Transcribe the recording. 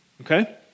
Okay